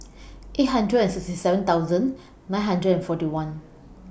eight hundred sixty seven thousand nine hundred and forty one